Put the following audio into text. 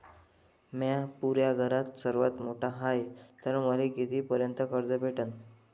म्या पुऱ्या घरात सर्वांत मोठा हाय तर मले किती पर्यंत कर्ज भेटन?